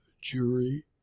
jury